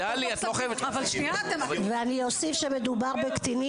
ואני אוסיף שמדובר בקטינים,